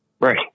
Right